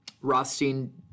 Rothstein